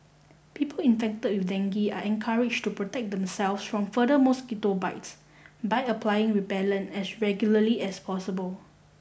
people infected with dengue are encouraged to protect themselves from further mosquito bites by applying repellent as regularly as possible